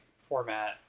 format